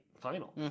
final